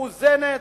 מאוזנת,